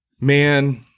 man